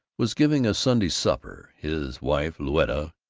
was giving a sunday supper. his wife louetta,